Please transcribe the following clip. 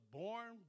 born